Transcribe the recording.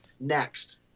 next